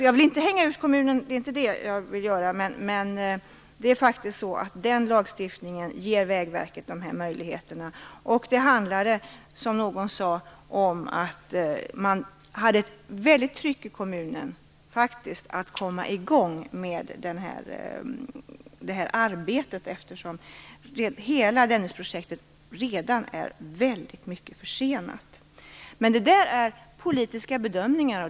Jag vill inte hänga ut kommunen, men den lagstiftningen ger Vägverket dessa möjligheter. Som någon sade var det ett väldigt tryck i kommunen i fråga om att man skulle komma i gång med det här arbetet. Hela Dennisprojektet är ju redan väldigt mycket försenat. Det handlar om politiska bedömningar.